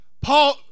Paul